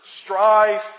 strife